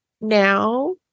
now